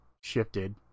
shifted